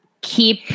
keep